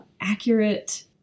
accurate